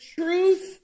truth